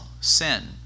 sin